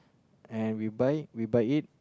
and we buy we buy it